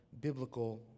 biblical